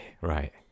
right